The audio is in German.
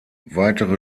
weitere